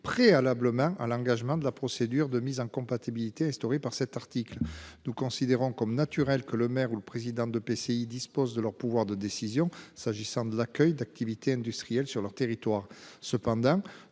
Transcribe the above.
préalablement à l'engagement de la procédure de mise en compatibilité instauré par cet article, nous considérons comme naturel que le maire ou le président de PCI dispose de leur pouvoir de décision s'agissant de l'accueil d'activité industrielle sur leur territoire.